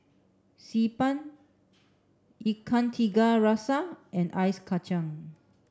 Xi Ban Ikan Tiga Rasa and Ice Kacang